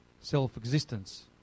self-existence